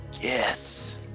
Yes